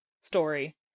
story